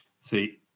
See